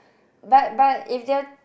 but but if they are